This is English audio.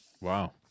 wow